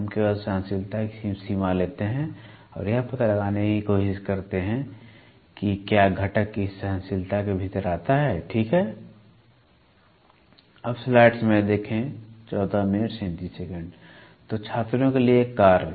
हम केवल सहनशीलता सीमा लेते हैं और यह पता लगाने की कोशिश करते हैं कि क्या घटक इस सहनशीलता के भीतर आता है ठीक है तो छात्रों के लिए कार्य